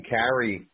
carry